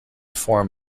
form